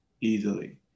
easily